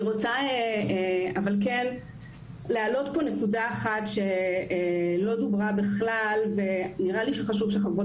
אני רוצה להעלות נקודה אחת שלא דוברה בכלל ונראה לי חשוב שחברות